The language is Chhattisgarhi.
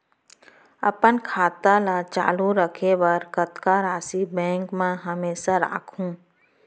अपन खाता ल चालू रखे बर कतका राशि बैंक म हमेशा राखहूँ?